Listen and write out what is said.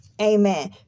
Amen